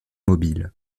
mobiles